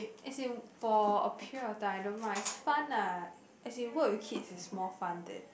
as in for a period of time I don't mind it's fun ah as in work with kids is more fun than